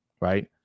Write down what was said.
Right